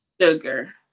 sugar